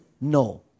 No